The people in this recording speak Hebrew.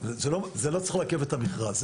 זה לא צריך לעכב את המכרז,